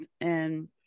and-